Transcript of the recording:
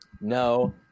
No